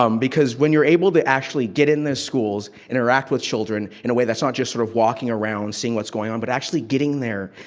um because when you're able to actually get in the schools, interact with children, in a way that's not just sort of walking around, seeing what's going on, but actually getting there,